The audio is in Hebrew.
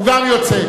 הוא גם יוצא.